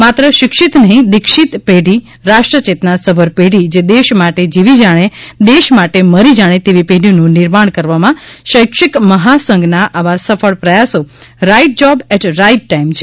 માત્ર શિક્ષિત નહિ દિક્ષીત પેઢી રાષ્ટ્રચેતના સભર પેઢી જે દેશ માટે જીવી જાણે દેશ માટે મરી જાણે તેવી પેઢીનું નિર્માણ કરવામાં શૈક્ષિક મહાસંઘના આવા સફળ પ્રયાસો right job at right time છે